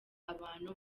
abantu